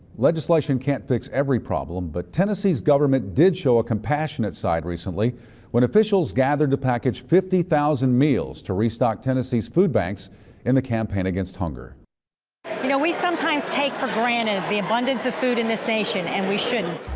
legislation can't fix every problem but tennessee's government did show a compassionate side recently when officials gathered to package fifty thousand meals to re-stock tennessee's food banks in the campaign against hunger. you know, we sometimes take for granted the abundance of food in this nation and we shouldn't.